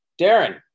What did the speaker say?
Darren